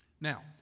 Now